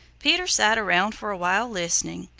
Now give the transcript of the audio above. peter sat around for a while listening,